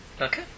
Okay